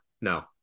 No